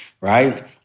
Right